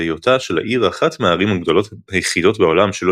והיותה של העיר אחת מהערים הגדולות היחידות בעולם שלא